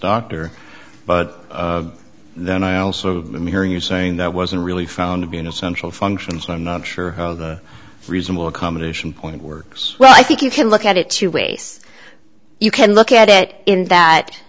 doctor but then i also hear you saying that wasn't really found to be an essential functions i'm not sure how reasonable accommodation point works well i think you can look at it two ways you can look at it in that